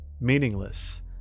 meaningless